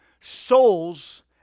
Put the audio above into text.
souls